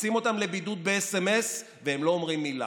מכניסים אותם לבידוד בסמ"ס והם לא אומרים מילה.